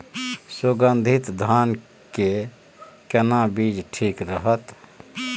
सुगन्धित धान के केना बीज ठीक रहत?